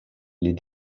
les